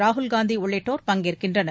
ராகுல் காந்தி உள்ளிட்டோர் பங்கேற்கின்றனர்